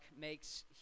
makes